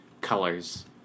colors